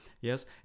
Yes